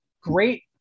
Great